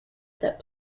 that